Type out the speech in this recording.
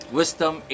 wisdom